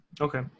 Okay